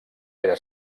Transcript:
era